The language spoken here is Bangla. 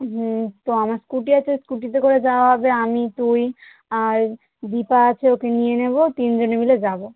হুম তো আমার স্কুটি আছে স্কুটিতে করে যাওয়া হবে আমি তুই আর দীপা আছে ওকে নিয়ে নেবো তিনজনে মিলে যাবো